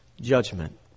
judgment